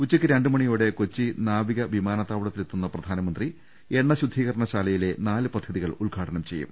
ഉച്ചയ്ക്ക് രണ്ട് മണിയോടെ കൊച്ചി നാവിക വിമാനത്താവളത്തിലെത്തുന്ന പ്രധാനമന്ത്രി എണ്ണശുദ്ധീകരണ ശാലയിലെ നാല് പദ്ധതികൾ ഉദ്ഘാടനം ചെയ്യും